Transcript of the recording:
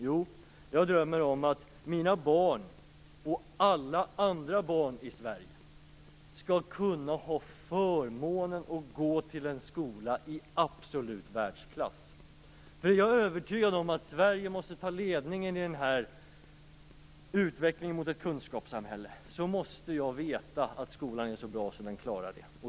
Jo, jag drömmer om att mina och alla andra barn i Sverige skall kunna ha förmånen att gå till en skola i absolut världsklass. Jag är övertygad om att om Sverige skall ta ledningen i utvecklingen mot ett kunskapssamhälle måste vi veta att skolan är så bra att den klarar det.